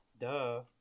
Duh